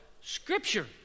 Scripture